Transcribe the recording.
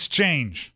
change